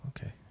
okay